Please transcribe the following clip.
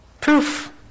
proof